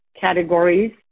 categories